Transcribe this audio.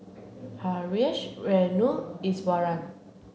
Haresh Renu Iswaran